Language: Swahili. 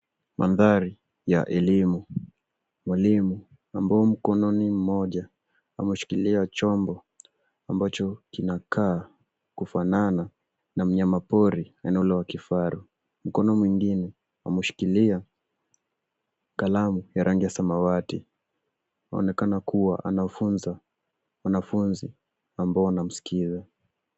Mandhari ya elimu. Mwalimu ambaye mkononi moja ameshikilia chombo ambacho kinakaa kufanana na mnyamapori yaani ule wa kifaru. Mkono mwingine ameshikilia kalamu ya rangi samawati. Inaonekana kuwa anafunza wanafunzi ambao wanamsikiza.